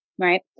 Right